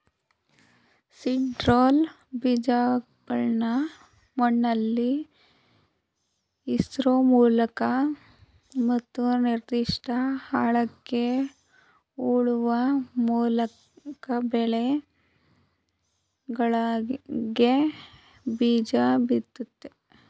seed drill ಬೀಜಗಳ್ನ ಮಣ್ಣಲ್ಲಿಇರ್ಸೋಮೂಲಕ ಮತ್ತು ನಿರ್ದಿಷ್ಟ ಆಳಕ್ಕೆ ಹೂಳುವಮೂಲ್ಕಬೆಳೆಗಳಿಗೆಬೀಜಬಿತ್ತುತ್ತೆ